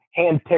handpicked